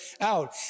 out